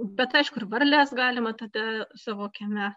bet aišku ir varles galima tada savo kieme